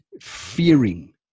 fearing